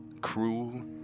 Cruel